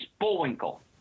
Bullwinkle